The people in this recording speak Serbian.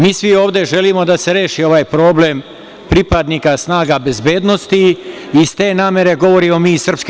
Mi svi ovde želimo da se reši ovaj problem pripadnika snaga bezbednosti, iz te namere govorimo mi iz SRS.